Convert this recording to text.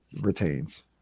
retains